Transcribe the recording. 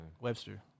Webster